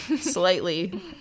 slightly